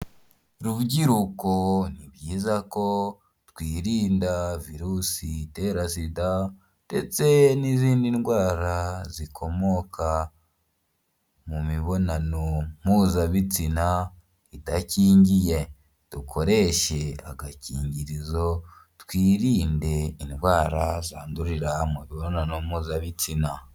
Rrubyiruko ni byiza ko twirinda virusi itera sida, ndetse n'izindi ndwara zikomoka mu mibonano mpuzabitsina idakingiye, dukoreshe agakingirizo twirinde indwara zandurira mu mibonano mpuzabitsina.